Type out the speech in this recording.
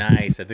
Nice